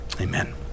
Amen